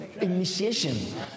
initiation